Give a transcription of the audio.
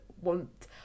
want